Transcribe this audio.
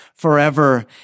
forever